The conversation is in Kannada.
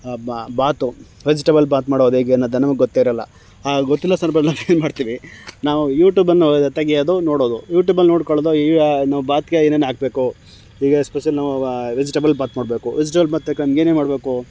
ಭಾತು ವೆಜಿಟೆಬಲ್ ಭಾತ್ ಮಾಡೋದು ಹೇಗೆ ಅನ್ನೋದು ನಮಗೆ ಗೊತ್ತಿರೋಲ್ಲ ಆ ಗೊತ್ತಿಲ್ಲದ ಸಂದರ್ಭದಲ್ ನಾವೇನು ಮಾಡ್ತೀವಿ ನಾವು ಯೂಟೂಬನ್ನು ತೆಗೆಯೋದು ನೋಡೋದು ಯೂಟೂಬಲ್ಲಿ ನೋಡಿಕೊಳ್ಳೋದು ಈಗ ನಾವು ಭಾತ್ಗೆ ಏನೇನು ಹಾಕ್ಬೇಕು ಈಗ ಸ್ಪೆಷಲ್ ನಾವು ವೆಜಿಟೇಬಲ್ ಭಾತ್ ಮಾಡಬೇಕು ವೆಜಿಟೇಬಲ್ ಭಾತ್ ತಕ್ಕಂಗೆ ಏನೇನು ಮಾಡಬೇಕು